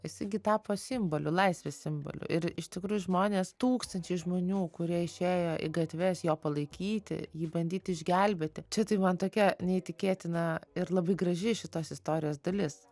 jisai gi tapo simboliu laisvės simboliu ir iš tikrųjų žmonės tūkstančiai žmonių kurie išėjo į gatves jo palaikyti jį bandyti išgelbėti čia tai man tokia neįtikėtina ir labai graži šitos istorijos dalis